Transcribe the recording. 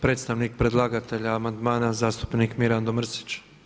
Predstavnik predlagatelja amandmana zastupnik Mirando Mrsić.